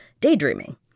daydreaming